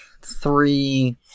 three